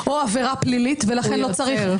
או עבירה פלילית ולכן לא צריך --- הוא יוצר.